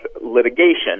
litigation